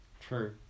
true